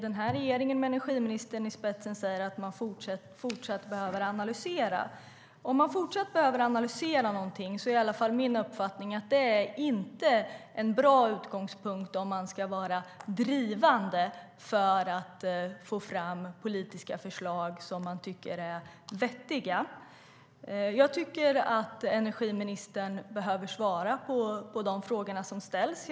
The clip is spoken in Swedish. Den här regeringen, med energiministern i spetsen, säger att man fortsatt behöver analysera. Om man ska vara drivande för att få fram vettiga, politiska förslag är det inte någon bra utgångspunkt att man fortsatt behöver analysera någonting. Energiministern behöver svara på de frågor som ställs.